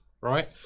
right